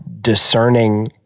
discerning